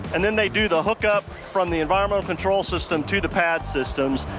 and then they do the hook-up from the environmental control system to the pad systems.